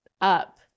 up